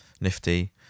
nifty